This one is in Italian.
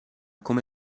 come